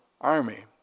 army